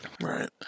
Right